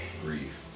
grief